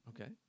Okay